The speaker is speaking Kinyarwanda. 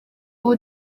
ubu